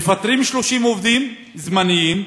מפטרים 30 עובדים זמניים,